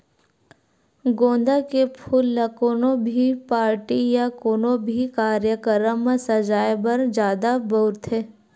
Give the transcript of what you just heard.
गोंदा के फूल ल कोनो भी पारटी या कोनो भी कार्यकरम म सजाय बर जादा बउरथे